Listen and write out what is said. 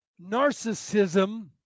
narcissism